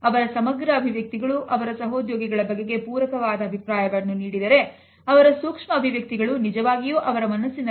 Rome ದೇಶದ ವಾಗ್ಮಿಗಳು ಮತ್ತು ವಾಕ್ಚತುರರು ನಿರಂತರವಾಗಿ ಅವರ ಭಾಷಣಗಳಲ್ಲಿ ಭಾಷಣದ ಸನ್ನೆಗಳು ಮತ್ತು ಮುಖ ಹಾಗೂ ಧ್ವನಿಯ ಏರಿಳಿತದ ಮಹತ್ವವನ್ನು ಗುರುತಿಸಿ ಬಳಸುತ್ತಿದ್ದರು